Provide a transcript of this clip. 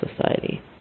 society